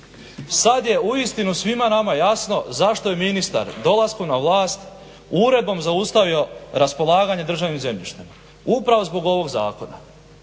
Sad je uistinu svima nama jasno zašto je ministar dolaskom na vlast uredbom zaustavio raspolaganje državnim zemljištem. Upravo zbog ovog zakona.